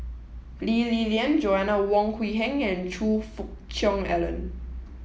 Lee Li Lian Joanna Wong Quee Heng and Choe Fook Cheong Alan